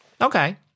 Okay